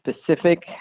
specific